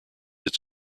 its